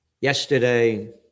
yesterday